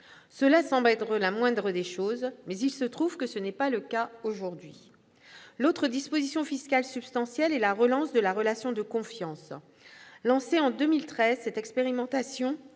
Cela semble être la moindre des choses, mais il se trouve que ce n'est pas le cas aujourd'hui. L'autre disposition fiscale substantielle est la relance de la « relation de confiance ». Lancée en 2013, cette expérimentation